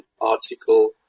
article